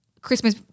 Christmas